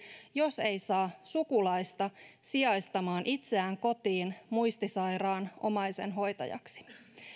jos ei saa sukulaista sijaistamaan itseään kotiin muistisairaan omaisen hoitajaksi